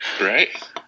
Right